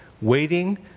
waiting